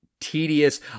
Tedious